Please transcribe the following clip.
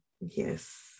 yes